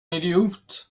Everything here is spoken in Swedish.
idiot